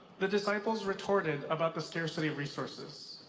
the disciples retorted about the scarcity of resources.